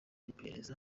iperereza